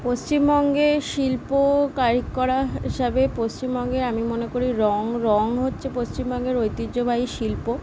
পশ্চিমবঙ্গে শিল্প কারিগররা হিসাবে পশ্চিমবঙ্গে আমি মনে করি রঙ রঙ হচ্ছে পশ্চিমবঙ্গের ঐতিহ্যবাহী শিল্প